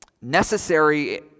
necessary